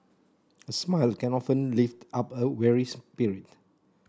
a smile can often lift up a weary spirit